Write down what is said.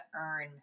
earn